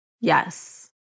Yes